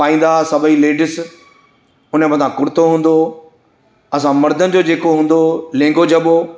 पाईंदा सभई लेडीस उन जे मथा कुर्तो हूंदो हुओ असां मर्दनि जो जेको हूंदो हुओ लहंगो जबो